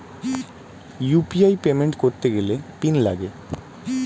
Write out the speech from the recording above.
UPI payment করতে গেলে PIN লাগে